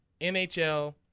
NHL